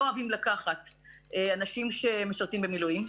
אוהבים לקחת אנשים שמשרתים במילואים.